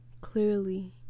clearly